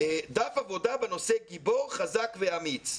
דף עבודה בנושא גיבור, חזק ואמיץ.